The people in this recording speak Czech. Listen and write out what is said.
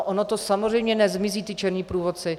Oni samozřejmě nezmizí, ti černí průvodci.